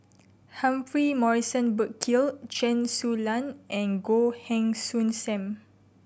Humphrey Morrison Burkill Chen Su Lan and Goh Heng Soon Sam